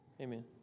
Amen